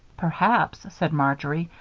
perhaps, said marjory,